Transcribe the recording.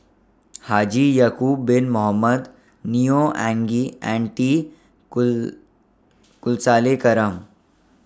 Haji Ya'Acob Bin Mohamed Neo Anngee and T Cool